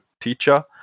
teacher